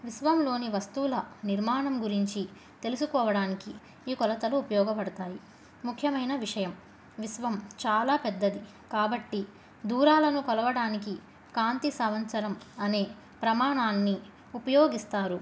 విశ్వంలోని వస్తువుల నిర్మాణం గురించి తెలుసుకోవడానికి ఈ కొలతలు ఉపయోగపడతాయి ముఖ్యమైన విషయం విశ్వం చాలా పెద్దది కాబట్టి దూరాలను కొలవడానికి కాంతి సంవత్సరం అనే ప్రమాణాన్ని ఉపయోగిస్తారు